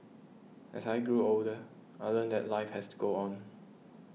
as I grew older I learnt that life has to go on